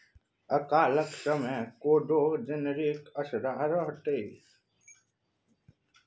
अकालक समय कोदो जनरेके असरा रहैत छै